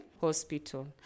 hospital